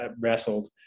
wrestled